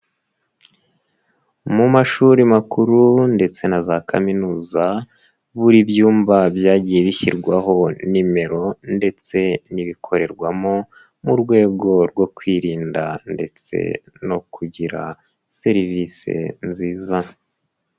Mu mashuri makuru ndetse na za kaminuza buri byumba byagiye bishyirwaho nimero ndetse n'ibikorerwamo mu rwego rwo kwirinda ndetse no kugira serivise nziza.